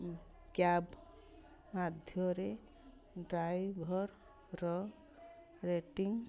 cab ମାଧ୍ୟମରେ ଡ୍ରାଇଭର୍ର rating